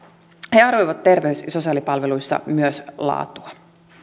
he arvioivat terveys ja sosiaalipalveluissa myös laatua